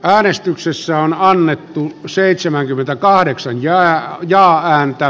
äänestyksessä annettiin seitsemänkymmentäkahdeksan jää ja hän ja